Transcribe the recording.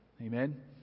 Amen